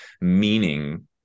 meaning